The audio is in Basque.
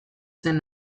zen